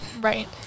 right